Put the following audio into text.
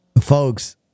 folks